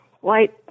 white